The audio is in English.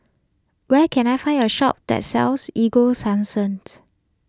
where can I find a shop that sells Ego Sunsense